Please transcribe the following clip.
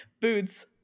Boots